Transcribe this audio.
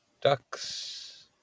Ducks